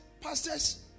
pastors